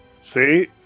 See